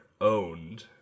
owned